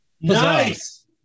Nice